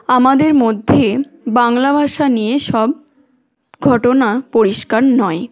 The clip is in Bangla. আমাদের মধ্যে বাংলা ভাষা নিয়ে সব ঘটনা পরিষ্কার নয়